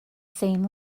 same